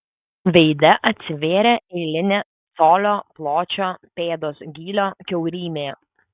veide atsivėrė eilinė colio pločio pėdos gylio kiaurymė